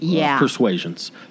persuasions